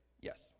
yes